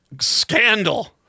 scandal